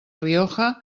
rioja